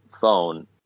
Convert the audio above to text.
phone